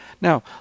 Now